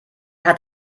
hat